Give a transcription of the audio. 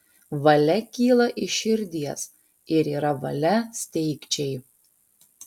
valia kyla iš širdies ir yra valia steigčiai